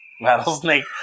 Rattlesnake